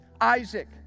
Isaac